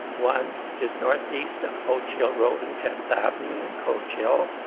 one just northeast of coach hill road and tenth avenue in coach hill.